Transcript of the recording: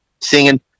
singing